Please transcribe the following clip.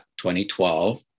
2012